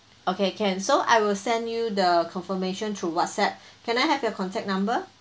okay can so I will send you the confirmation through Whatsapp can I have your contact number